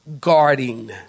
guarding